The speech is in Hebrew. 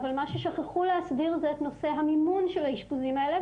אבל מה ששכחו להסביר זה את נושא המימון של האישפוזים האלה.